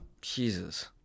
Jesus